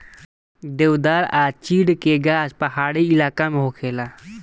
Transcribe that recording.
देवदार आ चीड़ के गाछ पहाड़ी इलाका में होखेला